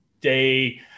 day